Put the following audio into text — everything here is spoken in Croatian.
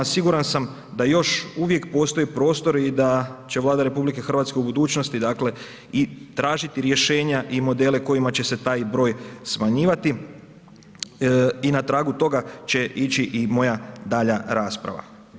Siguran sam da još uvijek postoji prostor i da će Vlada RH u budućnosti, dakle i tražiti rješenja i modele kojima će se taj broj smanjivati i na tragu toga će ići i moja daljnja rasprava.